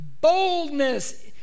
boldness